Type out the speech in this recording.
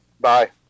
Bye